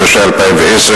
התשע"א 2010,